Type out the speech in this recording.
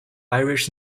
irish